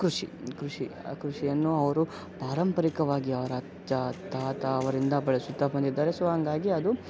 ಕೃಷಿ ಕೃಷಿ ಆ ಕೃಷಿಯನ್ನು ಅವರು ಪಾರಂಪರಿಕವಾಗಿ ಅವ್ರ ಅಜ್ಜ ತಾತ ಅವರಿಂದ ಬೆಳೆಸುತ್ತಾ ಬಂದಿದ್ದಾರೆ ಸೊ ಹಂಗಾಗಿ ಅದು